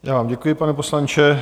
Já vám děkuji, pane poslanče.